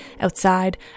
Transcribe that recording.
outside